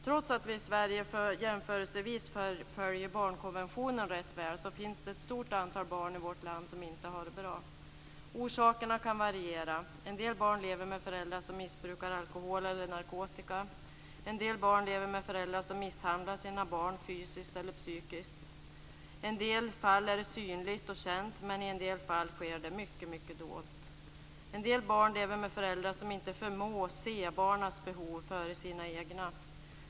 Trots att vi i Sverige följer barnkonventionen jämförelsevis väl, finns det ett stort antal barn i vårt land som inte har det bra. Orsakerna kan variera. En del barn lever med föräldrar som missbrukar alkohol eller narkotika. En del barn lever med föräldrar som misshandlar sina barn fysiskt eller psykiskt. I en del fall är det synligt och känt, men i en del fall sker det mycket dolt. En del barn lever med föräldrar som inte förmår se barnens behov före sina egna.